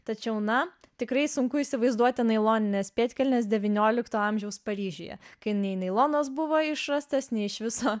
tačiau na tikrai sunku įsivaizduoti nailonines pėdkelnes devyniolikto amžiaus paryžiuje kai nei nailonas buvo išrastas nei iš viso